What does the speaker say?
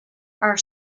are